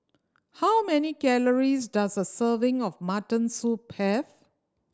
how many calories does a serving of mutton soup have